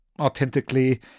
authentically